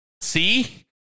See